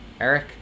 Eric